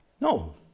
No